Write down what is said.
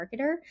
marketer